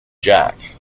jack